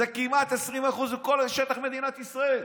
זה כמעט 20% מכל שטח מדינת ישראל.